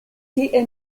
tie